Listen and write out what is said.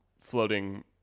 floating